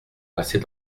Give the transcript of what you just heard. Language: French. passez